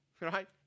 right